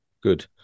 Good